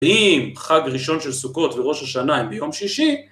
אם חג ראשון של סוכות וראש השנה הם ביום שישי